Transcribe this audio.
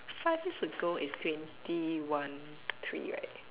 five years ago is twenty one three right